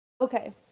Okay